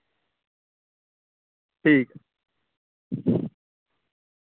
ठीक